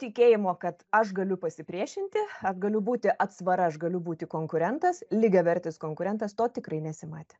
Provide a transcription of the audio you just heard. tikėjimo kad aš galiu pasipriešinti ar galiu būti atsvara aš galiu būti konkurentas lygiavertis konkurentas to tikrai nesimatė